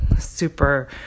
super